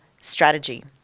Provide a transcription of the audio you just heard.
strategy